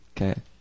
Okay